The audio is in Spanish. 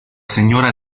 señora